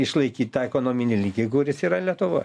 išlaikyt tą ekonominį lygį kuris yra lietuvoj